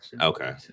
Okay